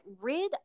rid